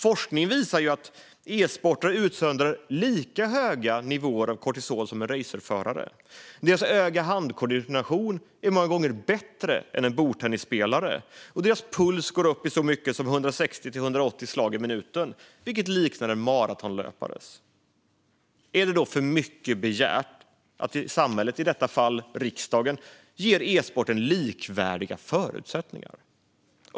Forskning visar att e-sportare utsöndrar lika höga nivåer av kortisol som racerförare, att deras öga-handkoordination många gånger är bättre än hos bordtennisspelare och att deras puls ibland går upp så högt som till 160-180 slag i minuten, vilket liknar en maratonlöpares. Är det för mycket begärt att samhället - i detta fall riksdagen - ger esporten likvärdiga förutsättningar?